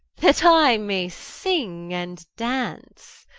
that i may sing and dance.